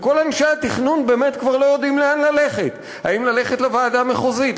שכל אנשי התכנון באמת כבר לא יודעים לאן ללכת: האם ללכת לוועדה המחוזית,